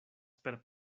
per